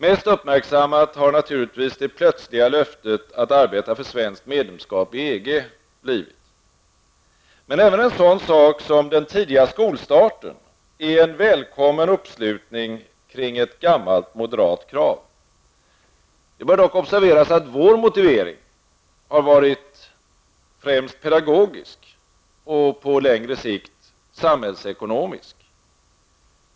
Mest uppmärksammat har naturligtvis det plötsliga löftet att arbeta för svenskt medlemskap i EG blivit. Men även en sådan sak som den tidiga skolstarten är en välkommen uppslutning kring ett gammalt moderat krav. Det bör dock observeras att vår motivering har varit främst pedagogisk och på längre sikt samhällsekonomisk.